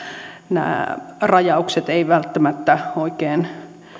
nämä rajaukset eivät välttämättä oikein